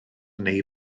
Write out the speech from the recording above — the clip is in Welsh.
neu